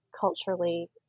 culturally